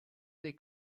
dei